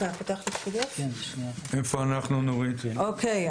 אוקי,